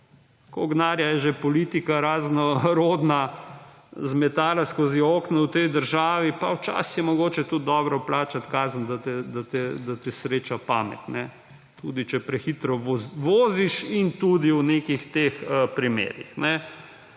denarja je že politika raznorodna zmetala skozi okno v tej državi, pa včasih je mogoče tudi dobro plačati kazen, da te sreča pamet, tudi če prehitro voziš in tudi v nekih teh primerih.